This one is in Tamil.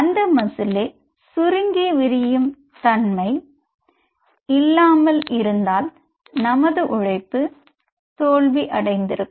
அந்த மாஸிலே சுருங்கி விரியும் தன்மை இல்லாமல் இருந்தால் நமது உழைப்பு தோல்வி அடைந்திருக்கும்